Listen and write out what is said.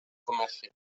comercio